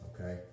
Okay